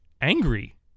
angry